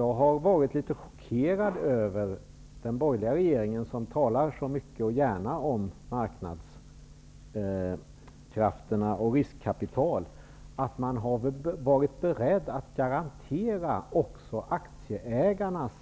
Jag har varit chockerad över att den borgerliga regeringen, som talar så mycket och så gärna om marknadskrafterna och riskkapitalet, har varit beredd att garantera aktieägarnas